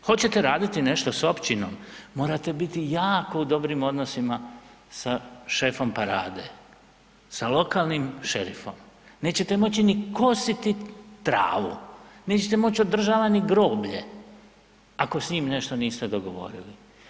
Hoćete raditi nešto s općinom, morate biti u jako dobrim odnosima sa šefom parade, sa lokalnim šerifom, nećete moći ni kositi travu, nećete moći ni održavati groblje ako s njim nešto niste dogovorili.